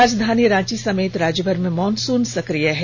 राजधानी रांची समेत राज्यभर में मॉनसून सक्रिय है